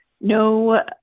no